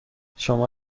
شما